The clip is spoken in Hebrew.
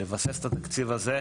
לבסס את התקציב הזה,